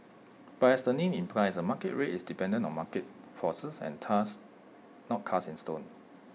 but as the name implies A market rate is dependent on market forces and thus not cast in stone